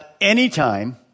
anytime